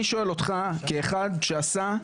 אני שואל אותך כאחד שעשה,